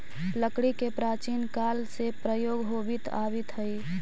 लकड़ी के प्राचीन काल से प्रयोग होवित आवित हइ